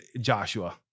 Joshua